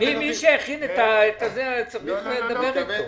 וזה מיקוד נוסף מבחינתנו.